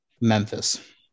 Memphis